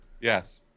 yes